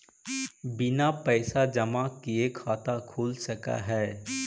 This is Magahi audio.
बिना पैसा जमा किए खाता खुल सक है?